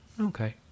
okay